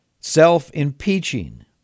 self-impeaching